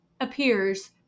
appears